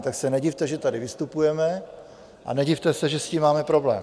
Tak se nedivte, že tady vystupujeme, a nedivte se, že s tím máme problém.